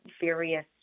various